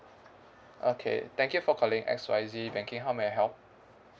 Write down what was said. okay thank you for calling X Y Z banking how may I help